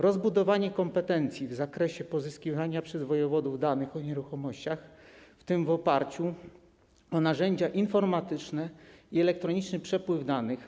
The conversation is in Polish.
Rozbudowanie kompetencji w zakresie pozyskiwania przez wojewodów danych o nieruchomościach, w tym w oparciu o narzędzia informatyczne i elektroniczny przepływ danych.